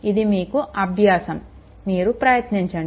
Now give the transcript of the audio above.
ఇది మీకు అభ్యాసం మీరు ప్రయత్నించండి